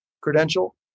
Credential